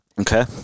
Okay